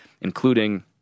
including